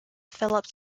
philips